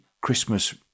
Christmas